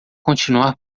continuar